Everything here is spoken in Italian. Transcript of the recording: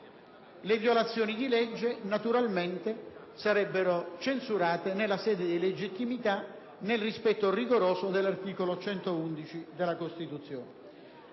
Le violazioni di legge naturalmente sarebbero censurate nella sede di legittimità, nel rispetto rigoroso dell'articolo 111 della Costituzione.